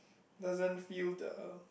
doesn't feel the